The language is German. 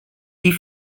die